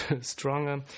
stronger